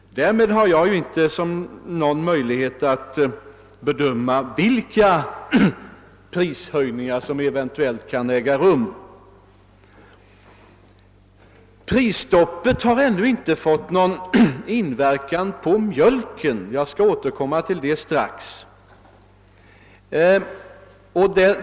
Därmed har jag inte någon möjlighet att bedöma vilka prishöjningar som eventuellt kan äga rum. Prisstoppet har ännu inte fått någon inverkan på mjölkpriset till producenten — jag skall strax återkomma till det.